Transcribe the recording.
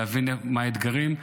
להבין מה האתגרים.